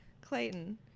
Clayton